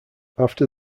after